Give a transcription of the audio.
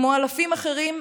כמו אלפים אחרים,